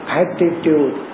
attitude